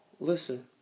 Listen